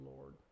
Lord